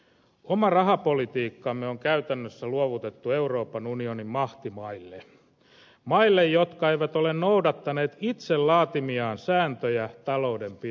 oma rahapolitiikkamme on käytännössä luovutettu euroopan unionin mahtimaille maille jotka eivät ole noudattaneet itse laatimiaan sääntöjä taloudenpidossa